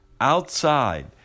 outside